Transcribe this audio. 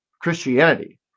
Christianity